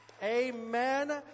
amen